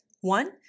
One